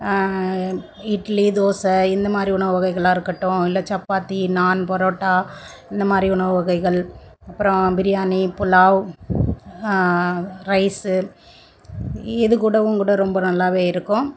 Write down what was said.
இட்லி தோசை இந்தமாதிரி உணவு வகைகளாக இருக்கட்டும் இல்லை சப்பாத்தி நாண் புரோட்டா இந்தமாதிரி உணவு வகைகள் அப்புறம் பிரியாணி புலாவ் ரைஸு இதுக்கூடவும் கூட ரொம்ப நல்லா இருக்கும்